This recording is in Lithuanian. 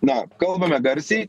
na kalbame garsiai